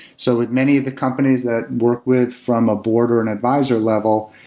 so with many of the companies that work with from a border and advisor level,